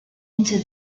into